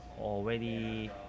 already